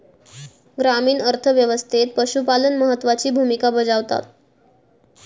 ग्रामीण अर्थ व्यवस्थेत पशुपालन महत्त्वाची भूमिका बजावता